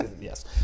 yes